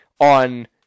on